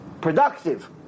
productive